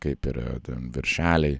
kaip yra ten viršeliai